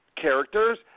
characters